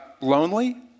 lonely